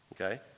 okay